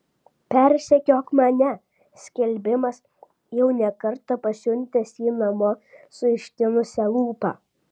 persekiok mane skelbimas jau ne kartą parsiuntęs jį namo su ištinusia lūpa